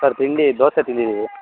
sir ತಿಂಡಿ ದೋಸೆ ತಿಂದಿದ್ದೀನಿ